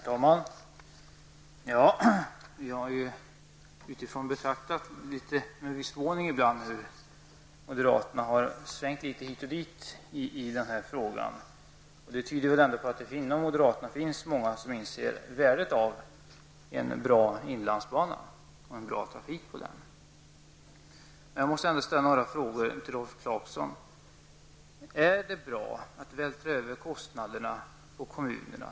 Herr talman! Vi har utifrån, och ibland med viss förvåning, betraktat moderaternas svängningar hit och dit i den här frågan. Att man har svängt litet hit och dit tyder väl ändå på att det även bland moderaterna finns många som inser värdet av en bra inlandsbana och en bra trafik på denna. Jag måste få ställa några frågor till Rolf Clarkson: Är det bra att vältra över kostnaderna på kommunerna?